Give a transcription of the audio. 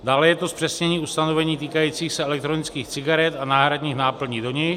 Dále je to zpřesnění ustanovení týkajících se elektronických cigaret a náhradních náplní do nich.